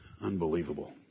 Unbelievable